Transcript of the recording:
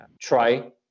try